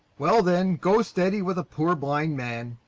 well, then, go steady with a poor blind man.